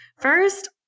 First